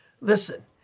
Listen